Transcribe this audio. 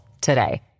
today